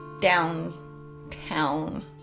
downtown